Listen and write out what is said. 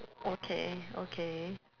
okay okay